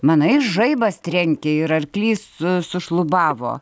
manai žaibas trenkė ir arklys sušlubavo